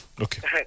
Okay